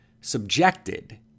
subjected